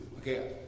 okay